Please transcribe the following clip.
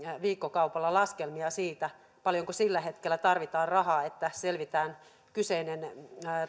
viikkokaupalla laskelmia siitä paljonko sillä hetkellä tarvitaan rahaa että selvitään kyseinen